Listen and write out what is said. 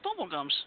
bubblegums